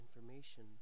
information